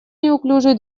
неуклюжий